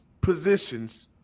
positions